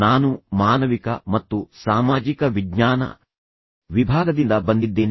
ನಾನು ಮಾನವಿಕ ಮತ್ತು ಸಾಮಾಜಿಕ ವಿಜ್ಞಾನ ವಿಭಾಗದಿಂದ ಬಂದಿದ್ದೇನೆ